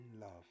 love